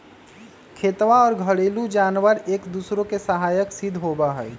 खेतवा और घरेलू जानवार एक दूसरा के सहायक सिद्ध होबा हई